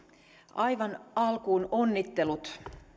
aivan alkuun onnittelut